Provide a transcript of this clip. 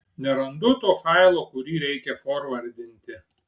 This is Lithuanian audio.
nerandu to failo kurį reikia forvardinti